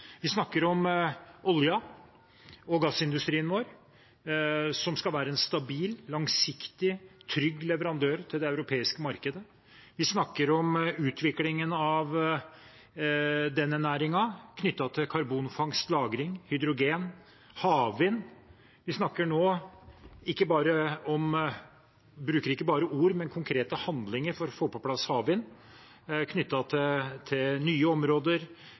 Vi snakker om olje- og gassindustrien vår, som skal være en stabil, langsiktig og trygg leverandør til det europeiske markedet. Vi snakker om utviklingen av den næringen knyttet til karbonfangst og -lagring, om hydrogen og havvind. Vi bruker nå ikke bare ord, men konkrete handlinger, for å få på plass havvind, både med tanke på nye områder,